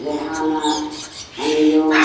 Rehana Anjum